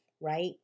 right